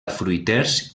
fruiters